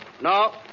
No